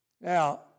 Now